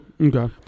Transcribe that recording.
Okay